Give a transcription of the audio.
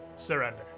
Surrender